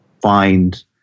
find